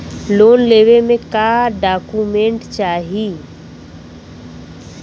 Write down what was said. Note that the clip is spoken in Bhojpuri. लोन लेवे मे का डॉक्यूमेंट चाही?